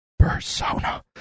persona